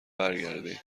برگردین